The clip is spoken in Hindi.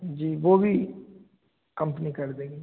जी वह भी कंपनी कर देगी